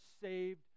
saved